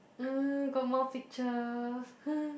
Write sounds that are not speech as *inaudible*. *noise* got more picture *noise*